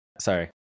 Sorry